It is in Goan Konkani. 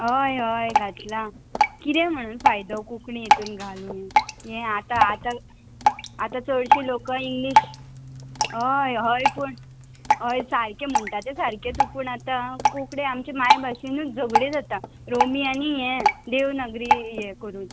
हय हय घातलां कितें म्हणून फायदो कोंकणी हेतून घालून हे आतां आतां आतां चडशीं लोका इंग्लीश हय हय पूण हय सारकें म्हणटा तें सारकें तूं पूण आतां कोंकणी आमचे मायभाशेनूच झगडी जाता रोमी आनी हे देवनागरी हें करून